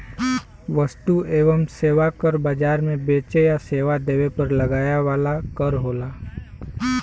वस्तु एवं सेवा कर बाजार में बेचे या सेवा देवे पर लगाया वाला कर होला